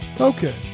Okay